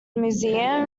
museum